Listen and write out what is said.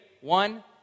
One